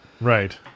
Right